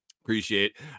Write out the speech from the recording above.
Appreciate